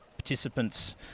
participants